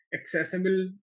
accessible